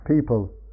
people